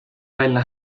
välja